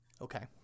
okay